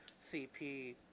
CP